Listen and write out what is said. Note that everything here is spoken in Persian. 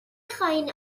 خواین